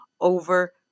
over